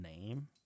name